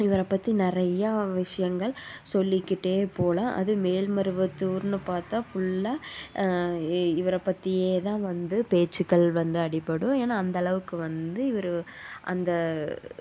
இவரை பற்றி நிறையா விஷயங்கள் சொல்லிக்கிட்டே போகலாம் அதுவும் மேல்மருவத்தூர்ன்னு பார்த்தா ஃபுல்லாக இவரை பற்றியேதான் வந்து பேச்சுக்கள் வந்து அடிப்படும் ஏன்னா அந்தளவுக்கு வந்து இவர் அந்த